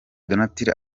donatille